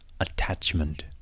attachment